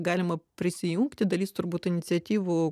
galima prisijungti dalis turbūt iniciatyvų